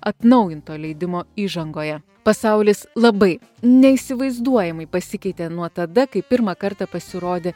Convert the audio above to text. atnaujinto leidimo įžangoje pasaulis labai neįsivaizduojamai pasikeitė nuo tada kai pirmą kartą pasirodė